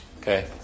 Okay